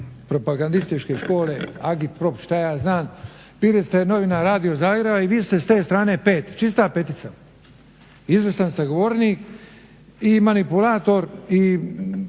propagandističke škole, … prof šta ja znam, bili ste novinar Radio Zagreba i vi ste s te strane pet, čista petica. Izvrstan ste govornik i manipulator i